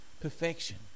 perfection